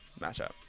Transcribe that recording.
Matchup